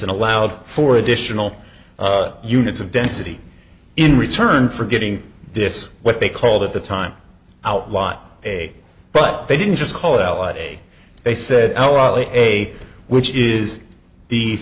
and allowed for additional units of density in return for getting this what they called at the time outline a but they didn't just call l a they said a which is the